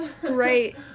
Great